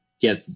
get